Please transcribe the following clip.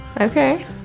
Okay